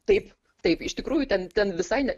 taip taip iš tikrųjų ten ten visai ne